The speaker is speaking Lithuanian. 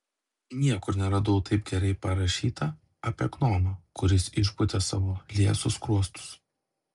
niekur neradau taip gerai parašyta apie gnomą kuris išpūtė savo liesus skruostus